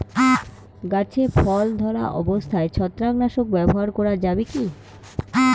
গাছে ফল ধরা অবস্থায় ছত্রাকনাশক ব্যবহার করা যাবে কী?